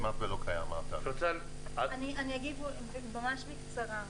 אגיד בקצרה: